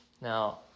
Now